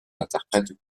interprètes